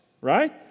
right